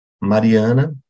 Mariana